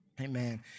Amen